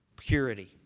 purity